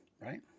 right